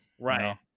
right